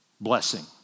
blessing